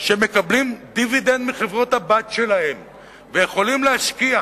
שמקבלים דיבידנד מחברות הבת שלהם, ויכולים להשקיע